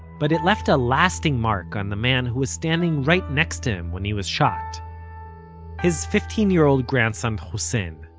but it left a lasting mark on the man who was standing right next to him when he was shot his fifteen-year-old grandson hussein.